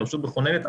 כרשות מכוננת,